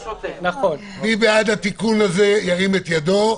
מי בעד התיקון הזה - ירים את ידו.